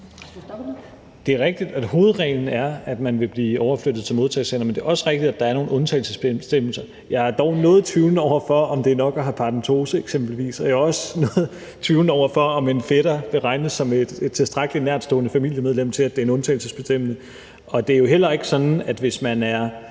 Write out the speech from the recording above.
Stoklund (S): Det er rigtigt, at hovedreglen er, at man vil blive overflyttet til et modtagecenter, men det er også rigtigt, at der er nogle undtagelsesbestemmelser. Jeg stiller mig dog noget tvivlende over for, om det er nok at have eksempelvis paradentose. Jeg stiller mig også noget tvivlende over for, om en fætter regnes som et tilstrækkelig nærtstående familiemedlem til, at det er en undtagelsesbestemmelse. Det er jo heller ikke sådan, at man